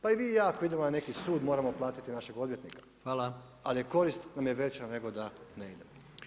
Pa i vi i ja ako idemo na neki sud moramo platiti našeg odvjetnika [[Upadica predsjednik: Hvala.]] ali korist nam je veća nego da ne idemo.